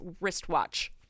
wristwatch